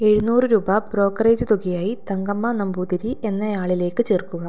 എഴുനൂറ് രൂപ ബ്രോക്കറേജ് തുകയായി തങ്കമ്മ നമ്പൂതിരി എന്നയാളിലേക്ക് ചേർക്കുക